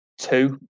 Two